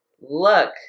look